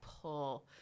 pull